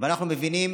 ואנחנו מבינים